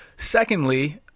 Secondly